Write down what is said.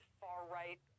far-right